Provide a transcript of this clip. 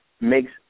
makes